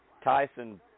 Tyson